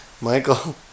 Michael